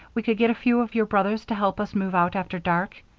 we could get a few of your brothers to help us move out after dark?